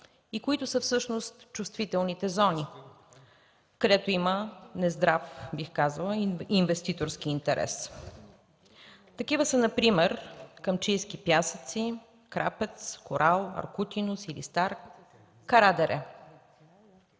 и които са всъщност чувствителните зони, където има нездрав, бих казала, инвеститорски интерес. Такива са например „Камчийски пясъци”, „Крапец”, „Корал”, „Аркутино”, „Силистар”, „Кара дере”.